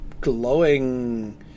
glowing